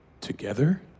Together